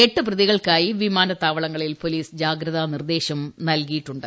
എട്ടു പ്രതികൾക്കായി വിമാനത്താവളങ്ങളിൽ പോലീസ് ജാഗ്രതാ നിർദേശം നൽകിയിട്ടുണ്ട്